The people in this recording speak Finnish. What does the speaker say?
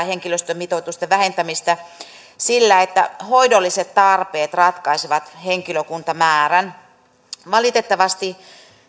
henkilöstömitoitusten vähentämistä sillä että hoidolliset tarpeet ratkaisevat henkilökuntamäärän valitettavasti